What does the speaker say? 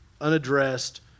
unaddressed